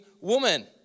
woman